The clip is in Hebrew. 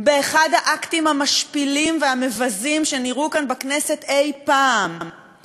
באחד האקטים המשפילים והמבזים שנראו כאן בכנסת אי-פעם,